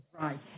Right